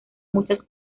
muchas